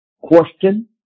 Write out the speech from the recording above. Question